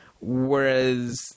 Whereas